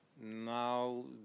Now